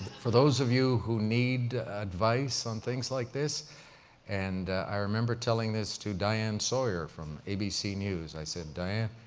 for those of you who need advice on things like this and i remember telling this to diane sawyer from abc news, i said, diane,